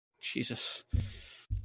Jesus